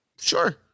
sure